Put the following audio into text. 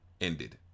ended